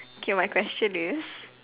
okay my question is